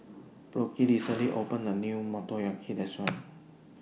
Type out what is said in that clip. Brooke recently opened A New Motoyaki Restaurant